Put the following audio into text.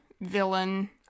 villain